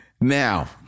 Now